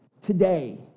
today